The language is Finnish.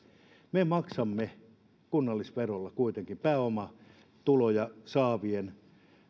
me maksamme kunnallisverolla kuitenkin pääomatuloja saavien